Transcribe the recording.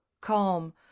calm